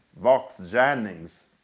vox-jennings,